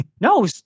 No